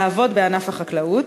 לעבוד בענף החקלאות?